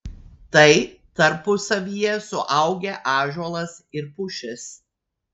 tai tarpusavyje suaugę ąžuolas ir pušis